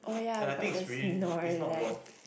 and I think it's really it's not worth